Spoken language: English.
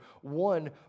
One